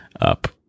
up